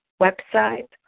website